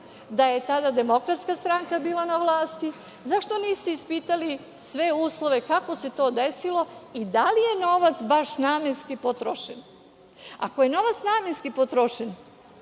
da je tada DS bila na vlasti, zašto niste ispitali sve uslove kako se to desilo i da li je novac baš namenski potrošen? Ako je novac namenski potrošen,